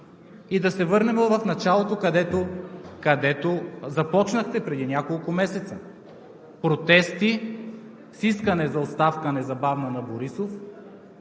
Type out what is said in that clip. Да се върнем в началото, където започнахте преди няколко месеца – протести с искане за незабавна оставка на Борисов